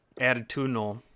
attitudinal